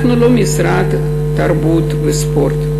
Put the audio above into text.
אנחנו לא משרד תרבות וספורט,